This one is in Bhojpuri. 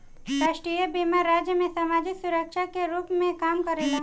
राष्ट्रीय बीमा राज्य में सामाजिक सुरक्षा के रूप में काम करेला